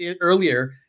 earlier